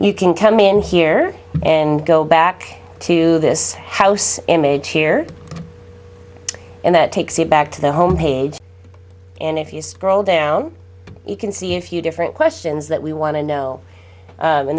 you can come in here and go back to this house image here and that takes you back to the home page and if you scroll down you can see a few different questions that we want to know